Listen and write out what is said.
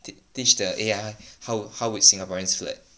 t~ teach the A_I how how which Singaporeans flirt